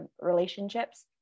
relationships